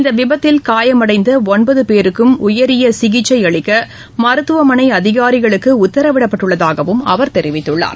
இந்த விபத்தில் காயமடைந்த ஒன்பது பேருக்கும் உயரிய சிகிச்சை அளிக்க மருத்துவமனை அதிகாரிகளுக்கு உத்தரவிடப்பட்டுள்ளதாகவும் அவர் தெரிவித்துள்ளார்